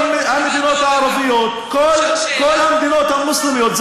כל המדינות הערביות, כל המדינות המוסלמיות.